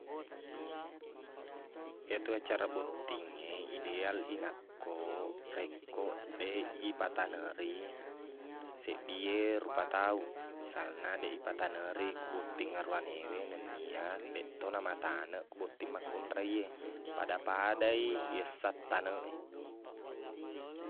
Etu acara bottingnge, ideal i nakko- rekko deq ipataneri seddi e rupa tau. Misalna, deq ipataneri ku botting aruwanewe nennia deqtona mataneq ko botting makkunrai e. Pada-pada i iyessaq taneq e.